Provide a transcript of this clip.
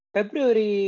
February